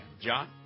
John